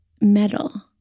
metal